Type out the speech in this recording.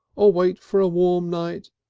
or wait for a warm night,